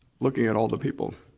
looking at all the people,